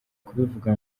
kubivuga